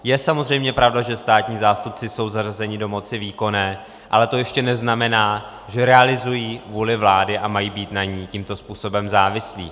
Je samozřejmě pravda, že státní zástupci jsou zařazeni do moci výkonné, ale to ještě neznamená, že realizují vůli vlády a mají být na ní tímto způsobem závislí.